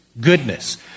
goodness